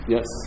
Yes